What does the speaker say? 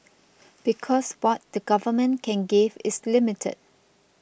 because what the government can give is limited